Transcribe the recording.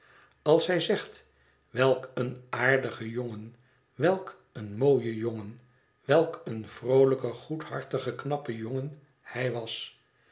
zij zich herinnert welk een vlugge jongen welk een mooie jongen welk een vroolijke goedhartige schrandere jongen hij was